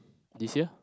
this year